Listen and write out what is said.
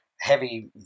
heavy